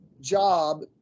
job